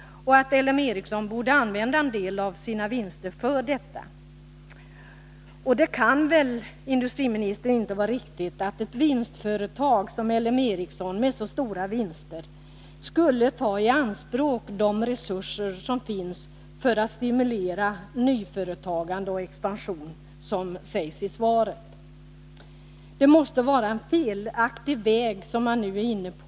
L M Ericsson borde använda en del av sina vinster för detta ändamål. Det kan väl inte, herr industriminister, vara riktigt att ett vinstföretag som L M Ericsson, som har så stora vinster, skulle ta i anspråk de resurser som finns för att stimulera nyföretagande och expansion, som sägs i svaret? Det måste vara en felaktig väg som man nu är inne på.